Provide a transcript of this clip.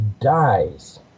dies